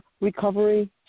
recovery